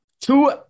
two